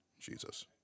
Jesus